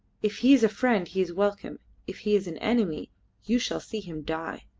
if he is a friend he is welcome if he is an enemy you shall see him die.